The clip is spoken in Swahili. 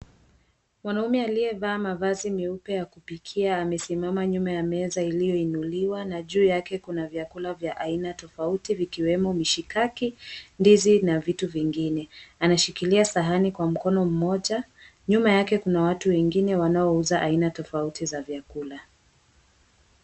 Mwanaume aliye vaa mavazi miupe ya kupikia, amesimama nyuma ya meza iliyo inuliwa, na juu yake kuna vyakula vya aina tofauti vikiwemo mishikaki, ndizi, na vitu vingine. Anashikilia sahani kwa mkono mmoja, nyuma yake kuna watu wengine wanauoza aina tofauti za vyakula.